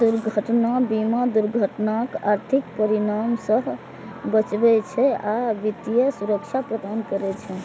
दुर्घटना बीमा दुर्घटनाक आर्थिक परिणाम सं बचबै छै आ वित्तीय सुरक्षा प्रदान करै छै